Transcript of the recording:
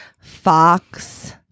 Fox